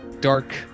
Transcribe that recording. dark